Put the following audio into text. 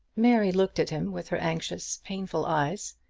mary looked at him with her anxious, painful eyes,